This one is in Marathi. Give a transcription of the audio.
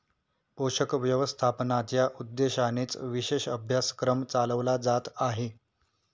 पोषक व्यवस्थापनाच्या उद्देशानेच विशेष अभ्यासक्रम चालवला जात आहे